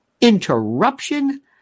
interruption